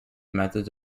methods